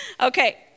Okay